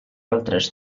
altres